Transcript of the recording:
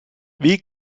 wie